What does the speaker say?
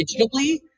digitally